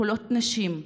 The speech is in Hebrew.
קולות של נשים,